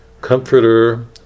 Comforter